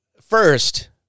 first